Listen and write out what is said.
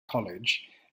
college